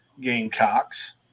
Gamecocks